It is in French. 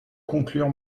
conclure